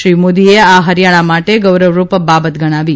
શ્રી મોદીએ આ હરિથાણા માટે ગૌરવરૂપ બાબત ગણાવી